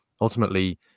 ultimately